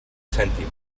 cèntim